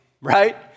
right